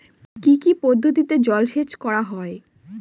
কি কি পদ্ধতিতে জলসেচ করা হয়?